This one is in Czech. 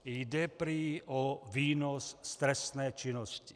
Jde prý o výnos z trestné činnosti.